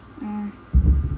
mm